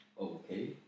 okay